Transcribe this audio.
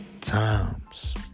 times